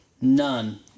None